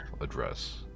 address